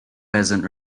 peasant